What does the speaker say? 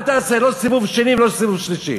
אל תעשה, לא סיבוב שני ולא סיבוב שלישי.